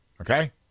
Okay